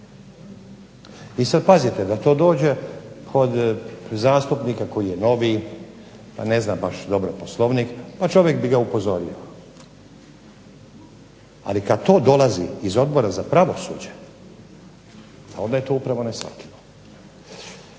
I sada pazite da to dođe kod zasutpnika koji je novi pa ne zna baš dobro POslovnik, pa čovjek bi ga upozorio. Ali kada to dolazi iz Odbora za pravosuđe pa onda je to neshvatljivo.